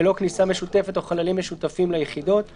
ללא כניסה משותפת או חללים משותפים ליחידות";